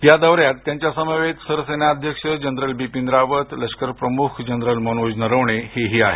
या दौऱ्यात त्यांच्या समवेत सर सेनाध्यक्ष जनरल बिपीन रावत लष्कर प्रमुख जनरल मनोज नरवणे हेही आहेत